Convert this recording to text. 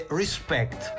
respect